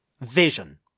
vision